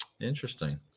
Interesting